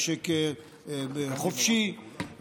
משק חופשי,